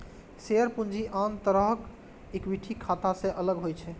share पूंजी आन तरहक इक्विटी खाता सं अलग होइ छै